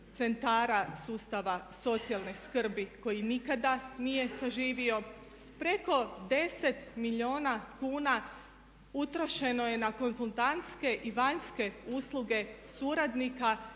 sustava socijalne skrbi koji nikada nije saživio. Preko 10 milijuna kuna utrošeno je na konzultantske i vanjske usluge suradnika